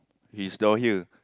he's down here